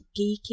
geeky